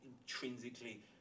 intrinsically